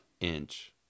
inch